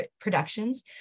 Productions